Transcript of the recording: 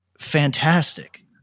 fantastic